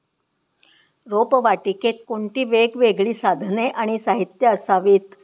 रोपवाटिकेत कोणती वेगवेगळी साधने आणि साहित्य असावीत?